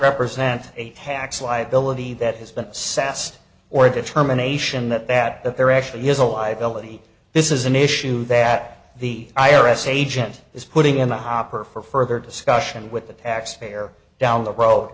represent a tax liability that has been sassed or determination that that that there actually is a liability this is an issue that the i r s agent is putting in the hopper for further discussion with the taxpayer down the road